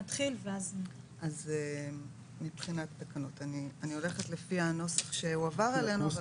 אני הולכת לפי הנוסח שהועבר אלינו.